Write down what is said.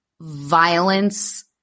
violence